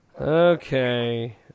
Okay